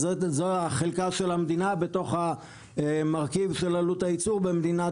חלקה של המדינה בתוך המרכיב של עלות היצור במדינת